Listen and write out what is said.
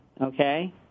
okay